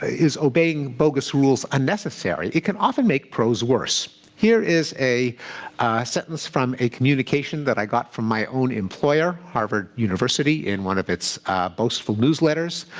ah is obeying bogus rules unnecessary, it can often make prose worse. here is a sentence from a communication that i got from my own employer, harvard university, in one of its boastful newsletters.